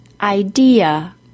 Idea